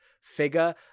figure